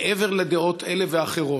מעבר לדעות אלה ואחרות.